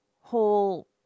whole